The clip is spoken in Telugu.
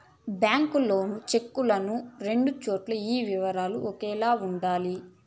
బ్యాంకు లోను చెక్కులను రెండు చోట్ల ఈ వివరాలు ఒకేలా ఉండాలి